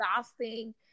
exhausting